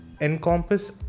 encompass